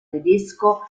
tedesco